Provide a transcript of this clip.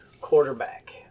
quarterback